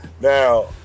Now